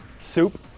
Soup